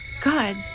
God